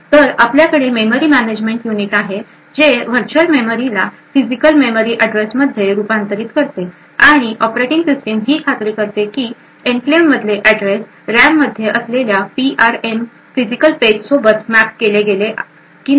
तर आपल्याकडे memory management unit आहे जे व्हर्च्युअल मेमरीला फिजिकल मेमरी अॅड्रेसमध्ये रूपांतरित करते आणि ऑपरेटिंग सिस्टम ही खात्री करते की हे एन्क्लेव्ह मधले ऍड्रेस रॅम मध्ये असलेल्या पीआरएमच्या फिजिकल पेज सोबत मॅप केले गेले की नाही